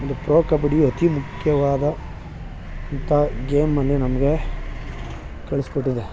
ಒಂದು ಪ್ರೊ ಕಬಡ್ಡಿಯು ಅತಿ ಮುಖ್ಯವಾದ ಇಂಥ ಗೇಮನ್ನು ನಮಗೆ ಕಲಿಸಿಕೊಟ್ಟಿದೆ